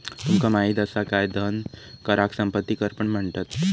तुमका माहित असा काय धन कराक संपत्ती कर पण म्हणतत?